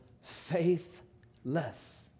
faithless